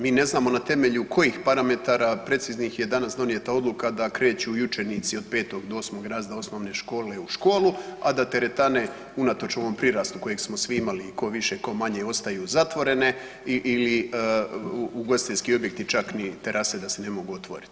Mi ne znamo na temelju kojih parametara preciznih je danas donijeta odluka da kreću i učenici od 5. do 8. razreda osnovne škole u školu, a teretane unatoč ovom prirastu kojeg smo svi imali ko više ko manje ostaju zatvorene ili ugostiteljski objekti čak ni terase da se ne mogu otvoriti.